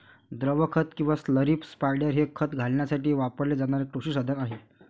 द्रव खत किंवा स्लरी स्पायडर हे खत घालण्यासाठी वापरले जाणारे कृषी साधन आहे